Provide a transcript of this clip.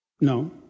No